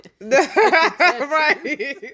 Right